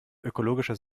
ökologischer